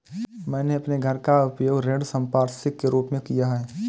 मैंने अपने घर का उपयोग ऋण संपार्श्विक के रूप में किया है